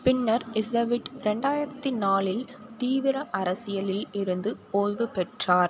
பின்னர் ஈசெவிட் ரெண்டாயிரத்து நாலில் தீவிர அரசியலில் இருந்து ஓய்வு பெற்றார்